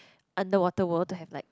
Underwater-World to have like